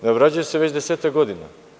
Ne obrađuje se već desetak godina.